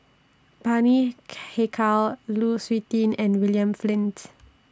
Bani Haykal Lu Suitin and William Flint